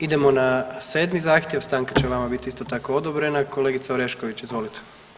Idemo na sedmi zahtjev, stanka će vama biti isto tako odobrena, kolegica Orešković, izvolite.